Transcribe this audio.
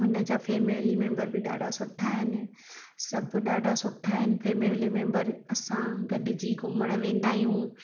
हुन जा family member बि ॾाढा सुठा आहिनि सभु ॾाढा सुठा आहिनि फैमिली मैंबर असां गॾिजी घुमणु वेंदा आहियूं